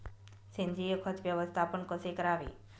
सेंद्रिय खत व्यवस्थापन कसे करावे?